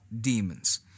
demons